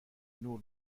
نور